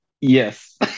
yes